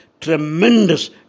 tremendous